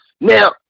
Now